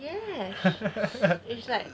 yes it's like